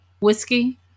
whiskey